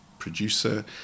producer